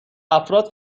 افراد